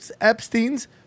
Epstein's